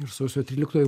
ir sausio tryliktoji